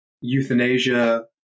euthanasia